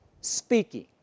speaking